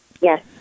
Yes